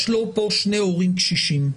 ויש לו כאן שני הורים קשישים.